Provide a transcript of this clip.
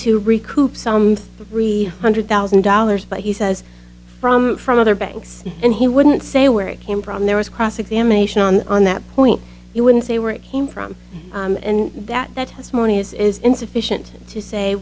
to recoup some of re hundred thousand dollars but he says from from other banks and he wouldn't say where it came from there was cross examination on on that point he wouldn't say where it came from and that his money is insufficient to say